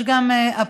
יש גם אבסורד,